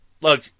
look